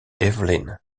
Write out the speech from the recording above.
evelyn